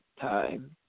time